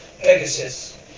Pegasus